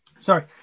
Sorry